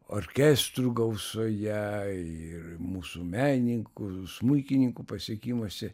orkestrų gausoje ir mūsų menininkų smuikininkų pasiekimuose